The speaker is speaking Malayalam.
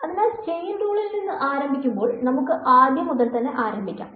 അതിനാൽ ചെയിൻ റൂളിൽ നിന്ന് ആരംഭിക്കുമ്പോൾ നമുക്ക് ആദ്യം മുതൽ ആരംഭിക്കാം